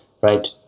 right